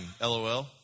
LOL